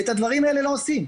ואת הדברים האלה לא עושים.